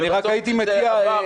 זה עבר,